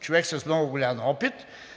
човек с много голям опит,